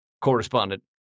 correspondent